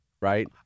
right